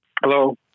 Hello